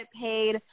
paid –